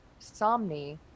Somni